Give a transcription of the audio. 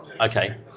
Okay